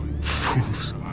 Fools